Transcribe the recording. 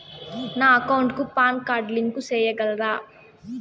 నా అకౌంట్ కు PAN card link సేయగలరా?